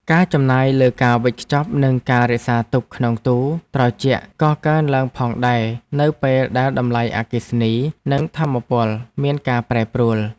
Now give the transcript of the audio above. ការចំណាយលើការវេចខ្ចប់និងការរក្សាទុកក្នុងទូរត្រជាក់ក៏កើនឡើងផងដែរ នៅពេលដែលតម្លៃអគ្គិសនីនិងថាមពលមានការប្រែប្រួល។